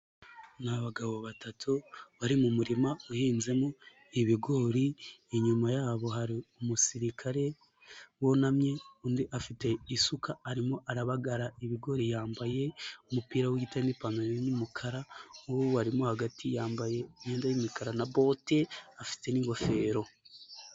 Ni abagabo batatu bari mu muririma uhinzemo ibigori, inyuma yabo hari umusirikare wunamye undi afite isuka, arimo arabagara ibigori yambaye umupira w'igitare n'ipantaro y'umukara, ubarimo hagati yambaye imyenda y'imikara na bote afite n'ingofero.